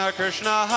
Krishna